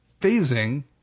phasing